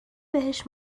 بهش